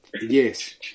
Yes